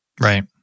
Right